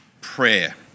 prayer